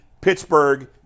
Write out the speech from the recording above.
Pittsburgh